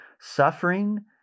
suffering